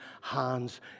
hands